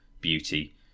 beauty